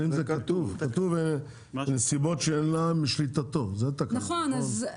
כתוב "מסיבות שאינן בשליטתו", זו תקלה.